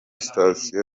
sitasiyo